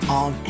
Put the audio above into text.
on